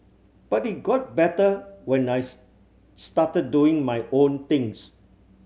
but it got better when I started doing my own things